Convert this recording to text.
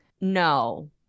no